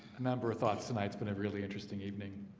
a number thoughts tonight's been a really interesting evening